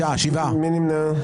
מי נמנע?